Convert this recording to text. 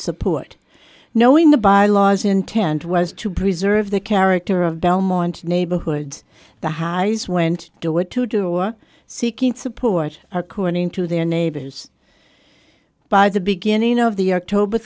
support knowing the by laws intent was to preserve the character of belmont neighborhoods the has went door to door seeking support or corning to their neighbors by the beginning of the october